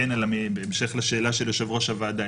בהמשך לשאלה של יושב-ראש הוועדה,